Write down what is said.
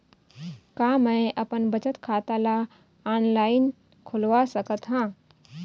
का मैं अपन बचत खाता ला ऑनलाइन खोलवा सकत ह?